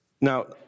Now